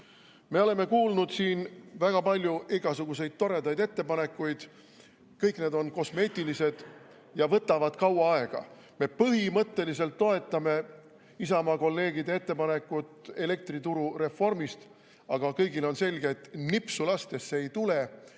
Me oleme kuulnud siin väga palju igasuguseid toredaid ettepanekuid, aga kõik need on kosmeetilised ja võtavad kaua aega. Me põhimõtteliselt toetame Isamaa kolleegide ettepanekut elektrituru reformi kohta, aga kõigile on selge, et nipsu tehes see ei tule.